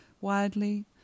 widely